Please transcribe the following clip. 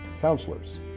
counselors